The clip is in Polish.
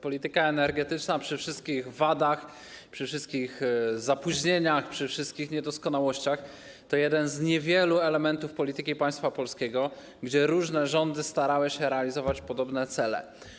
Polityka energetyczna przy wszystkich wadach, przy wszystkich zapóźnieniach, przy wszystkich niedoskonałościach to jeden z niewielu elementów polityki państwa polskiego, w odniesieniu do którego różne rządy starały się realizować podobne cele.